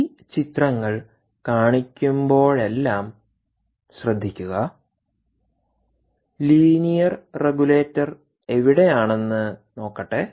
ഈ ചിത്രങ്ങൾ കാണിക്കുമ്പോഴെല്ലാം ശ്രദ്ധിക്കുക ലീനിയർ റെഗുലേറ്റർ എവിടെയാണെന്ന് നോക്കട്ടെ